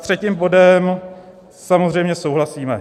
A s třetím bodem samozřejmě souhlasíme.